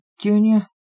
Junior